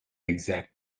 exact